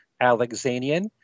Alexanian